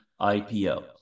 IPO